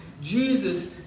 Jesus